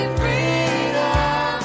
freedom